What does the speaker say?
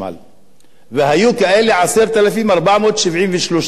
והיו כאלה 10,473 בתים.